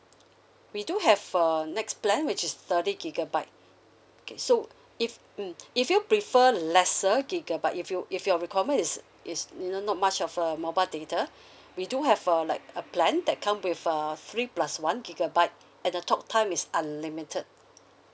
we do have uh next plan which is thirty gigabyte okay so if mm if you prefer lesser gigabyte if you if your requirement is is you know not much of uh mobile data we do have a like a plan that come with uh three plus one gigabyte and the talk time is unlimited